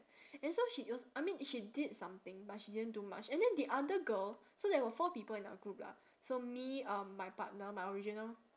and so she was I mean she did something but she didn't do much and then the other girl so there were four people in our group lah so me um my partner my original